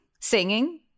singing